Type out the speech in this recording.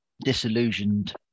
Disillusioned